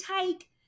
take